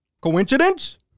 Coincidence